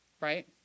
right